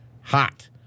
hot